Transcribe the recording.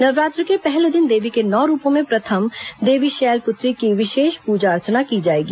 नवरात्र के पहले दिन देवी के नौ रूपों में प्रथम देवी शैलपुत्री की विशेष पूजा अर्चना की जाएगी